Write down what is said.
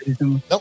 nope